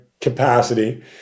capacity